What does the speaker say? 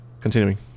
Continuing